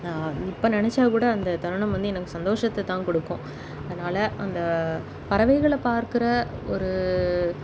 இப்போ நினச்சாக்கூட அந்த தருணம் வந்து எனக்கு சந்தோஷத்தை தான் கொடுக்கும் அதனால் அந்த பறவைகளை பார்க்கிற ஒரு